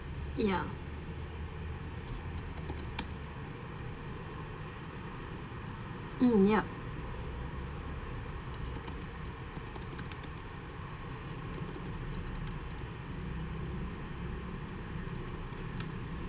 ya mm ya